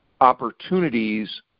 opportunities